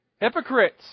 hypocrites